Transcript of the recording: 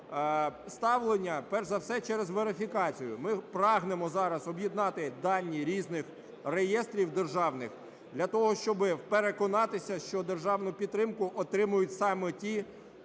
ставлення, перш за все, через верифікацію, ми прагнемо зараз об'єднати дані різних реєстрів державних для того, щоб переконатися, що державну підтримку отримують саме ті,